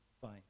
Fine